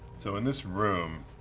so in this room,